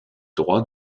droits